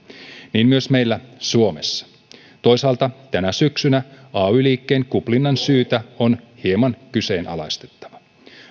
niin myös meillä suomessa toisaalta tänä syksynä ay liikkeen kuplinnan syytä on hieman kyseenalaistettava